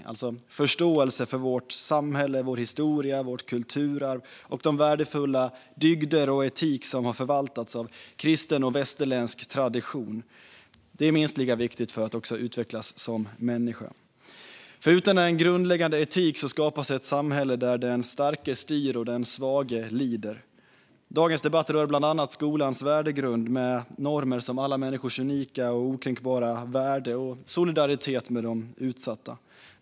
Det handlar om förståelse för vårt samhälle, vår historia, vårt kulturarv och de värdefulla dygder och den etik som har förvaltats av kristen och västerländsk tradition. Det är minst lika viktigt för att utvecklas som människa. Utan en gemensam grundläggande etik skapas ett samhälle där den starke styr och den svage lider. Dagens debatt rör bland annat skolans värdegrund, med normer som alla människors unika och okränkbara värde och solidaritet med de utsatta.